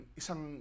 isang